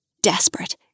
Desperate